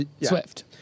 Swift